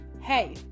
Hey